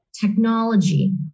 technology